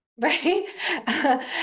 Right